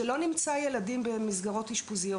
שלא נמצא ילדים במסגרות אשפוזיות.